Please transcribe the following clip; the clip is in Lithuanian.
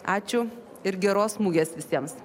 ačiū ir geros mugės visiems